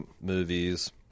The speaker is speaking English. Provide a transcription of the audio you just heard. movies